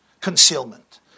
Concealment